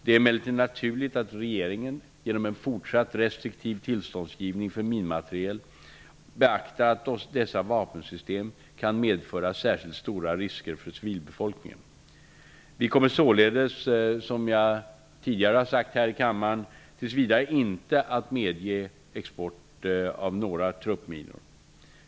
Det är emellertid naturligt att regeringen, genom en fortsatt restriktiv tillståndsgivning för minmateriel, beaktar att dessa vapensystem kan medföra särskilt stora risker för civilbefolkningen. Vi kommer således, som jag tidigare har sagt här i kammaren, tills vidare inte att medge export av några truppminor.